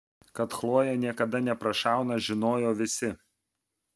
kad chlojė niekada neprašauna žinojo visi